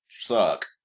suck